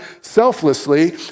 selflessly